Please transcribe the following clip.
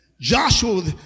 Joshua